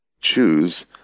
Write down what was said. choose